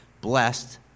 blessed